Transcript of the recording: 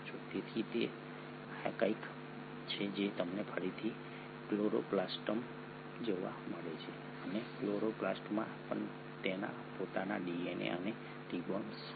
તેથી આ તે કંઈક છે જે તમને ફરીથી ક્લોરોપ્લાસ્ટમાં જોવા મળે છે અને ક્લોરોપ્લાસ્ટમાં પણ તેના પોતાના ડીએનએ અને રિબોસોમ્સ છે